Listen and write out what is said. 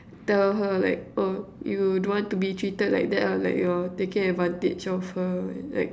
tell her like oh you don't want to be treated like that lah like you're taking advantage of her